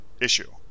issue